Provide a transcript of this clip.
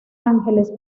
angeles